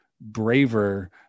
braver